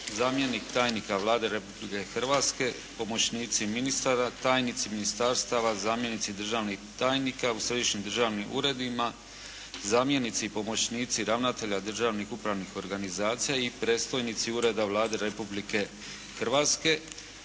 zamjenik tajnika Vlade Republike Hrvatske, pomoćnici ministara, tajnici ministarstava, zamjenici državnih tajnika u središnjim državnim uredima, zamjenici i pomoćnici ravnatelja državnih upravnih organizacija i predstojnici ureda Vlade Republike Hrvatske,